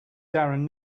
darren